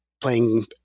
playing